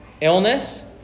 illness